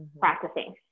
practicing